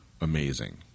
amazing